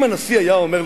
אם הנשיא היה אומר,